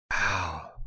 Wow